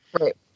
Right